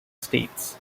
states